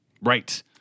Right